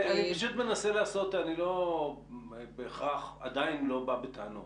אני לא בהכרח, עדיין לא בא בטענות.